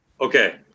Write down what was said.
Okay